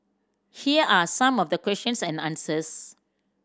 here are some of the questions and answers